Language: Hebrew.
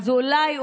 אז אולי,